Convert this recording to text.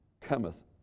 cometh